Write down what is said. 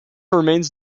remains